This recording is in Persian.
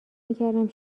میکردم